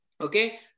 okay